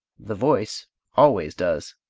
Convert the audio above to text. the voice always does